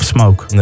Smoke